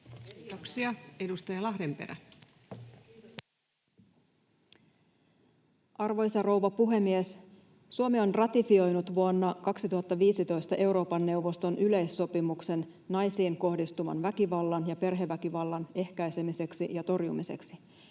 laeiksi Time: 18:51 Content: Arvoisa rouva puhemies! Suomi on ratifioinut vuonna 2015 Euroopan neuvoston yleissopimuksen naisiin kohdistuvan väkivallan ja perheväkivallan ehkäisemiseksi ja torjumiseksi.